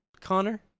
Connor